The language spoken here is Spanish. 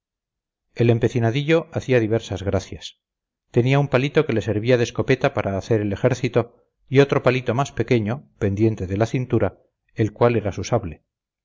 el empecinadillo hacía diversas gracias tenía un palito que le servía de escopeta para hacer el ejercicio y otro palito más pequeño pendiente de la cintura el cual era su sable